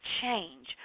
change